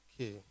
Okay